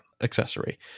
accessory